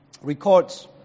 records